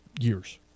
years